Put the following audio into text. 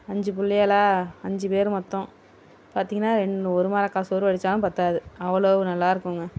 அஞ்சு பிள்ளைகளா அஞ்சு பேர் மொத்தம் பார்த்திங்கன்னா ஒரு மரக்கா சோறு வடித்தாலும் பற்றாது அவ்வளோ நல்லாயிருக்குங்க